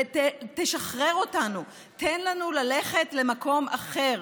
ותשחרר אותנו, תן לנו ללכת למקום אחר.